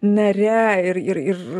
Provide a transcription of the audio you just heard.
nare ir ir ir